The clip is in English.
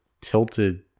Tilted